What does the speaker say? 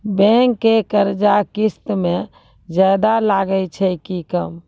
Bank के कर्जा किस्त मे ज्यादा लागै छै कि कम?